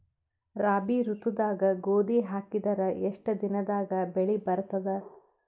ರಾಬಿ ಋತುದಾಗ ಗೋಧಿ ಹಾಕಿದರ ಎಷ್ಟ ದಿನದಾಗ ಬೆಳಿ ಬರತದ?